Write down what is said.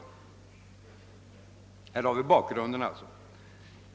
Här har vi alltså bakgrunden.